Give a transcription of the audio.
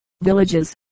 villages